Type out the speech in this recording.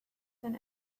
than